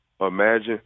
imagine